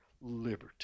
liberty